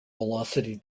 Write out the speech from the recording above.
velocity